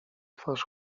twarz